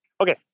okay